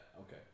Okay